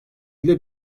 bile